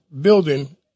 building